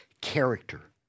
character